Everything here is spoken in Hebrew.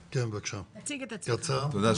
תודה.